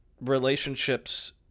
relationships